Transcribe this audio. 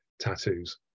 tattoos